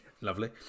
Lovely